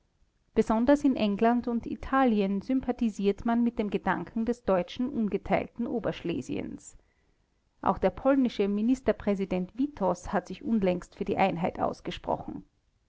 besonders in england und italien sympathisiert man mit dem gedanken des deutschen ungeteilten oberschlesiens auch der polnische ministerpräsident witos hat sich unlängst für die einheit ausgesprochen